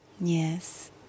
Yes